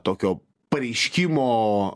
tokio pareiškimo